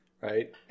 right